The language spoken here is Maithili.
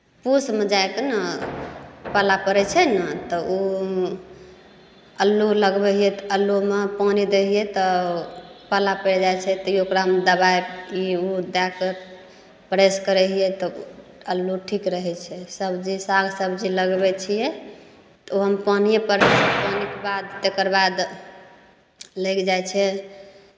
पूसमे जाइ कऽ ने पाला परै छै ने तऽ ओ अल्लू लगबै हियै तऽ अल्लूमे पानि दै हियै तऽ पाला पैरि जाइ छै तैयो ओकरामे दबाइ इ उ दै कऽ परेस करै हियै तब अल्लू ठीक रहै छै सब्जी साग सब्जी लगबै छियै तऽ ओहोम पानिये परै छै पानिक बाद तेकर बाद लागि जाइ छै